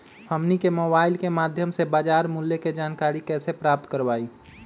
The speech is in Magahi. हमनी के मोबाइल के माध्यम से बाजार मूल्य के जानकारी कैसे प्राप्त करवाई?